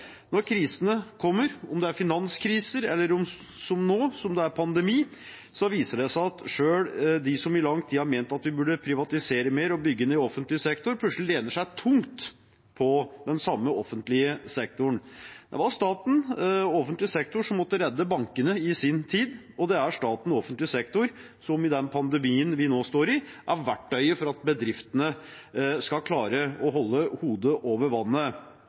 når krisene kommer, om det er finanskriser, eller som nå, når det er pandemi, viser det seg at selv de som i lang tid har ment at vi burde privatisere mer og bygge ned offentlig sektor, plutselig lener seg tungt på den samme offentlige sektoren. Det var staten og offentlig sektor som måtte redde bankene i sin tid, og det er staten og offentlig sektor som i den pandemien vi nå står i, er verktøyet for at bedriftene skal klare å holde hodet over vannet.